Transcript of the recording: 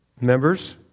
members